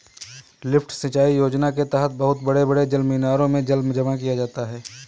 lift सिंचाई योजना के तहद बहुत बड़े बड़े जलमीनारों में जल जमा किया जाता है